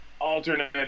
alternate